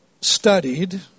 studied